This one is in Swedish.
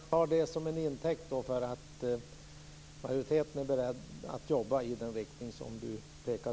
Fru talman! Jag tar det som intäkt för att majoriteten är beredd att jobba i den riktning som du pekar.